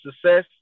success